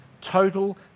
total